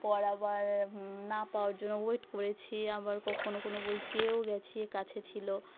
পর আবার না পাওয়ার জন্য ওয়েট করেছি আবার ক কোনও কোনও বই পেয়েও গেছি কাছে ছিল